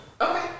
Okay